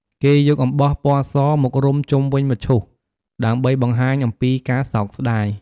គេយកអំបោះពណ៌សមករុំជុំវិញមឈូស ដើម្បីបង្ហាញអំពីការសោកស្តាយ។